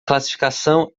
classificação